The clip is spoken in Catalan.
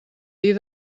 dir